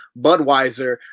budweiser